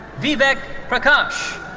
vivek prakash.